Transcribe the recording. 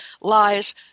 lies